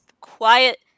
quiet